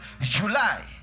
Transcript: July